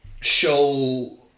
Show